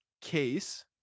case